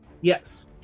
Yes